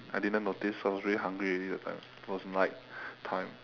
I didn't notice I was really hungry already that time it was night time